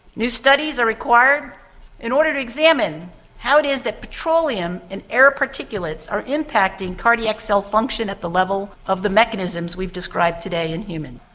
new studies are required in order to examine how it is that petroleum in air particulates are impacting cardiac cell function at the level of the mechanisms we've described today in humans.